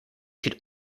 could